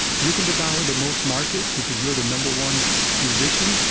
you can devour the most market, because you're the number one musician?